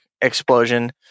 explosion